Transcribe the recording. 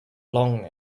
long